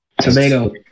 tomato